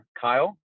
Kyle